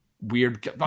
weird